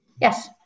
yes